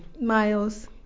miles